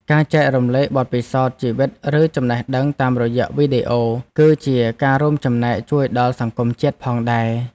ការចែករំលែកបទពិសោធន៍ជីវិតឬចំណេះដឹងតាមរយៈវីដេអូ គឺជាការរួមចំណែកជួយដល់សង្គមជាតិផងដែរ។